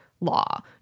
law